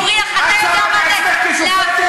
הוא הבריח, את שמה את עצמך כשופטת?